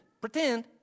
Pretend